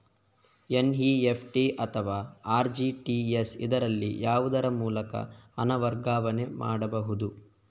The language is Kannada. ಎನ್.ಇ.ಎಫ್.ಟಿ ಅಥವಾ ಆರ್.ಟಿ.ಜಿ.ಎಸ್, ಇದರಲ್ಲಿ ಯಾವುದರ ಮೂಲಕ ಹಣ ವರ್ಗಾವಣೆ ಮಾಡಬಹುದು?